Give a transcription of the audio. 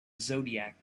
zodiac